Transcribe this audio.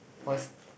was